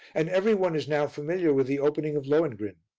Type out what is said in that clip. and every one is now familiar with the opening of lohengrin.